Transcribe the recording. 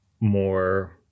more